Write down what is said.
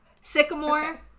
sycamore